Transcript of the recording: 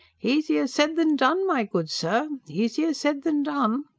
easier said than done, my good sir. easier said than done.